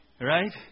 Right